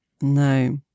No